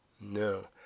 No